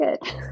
good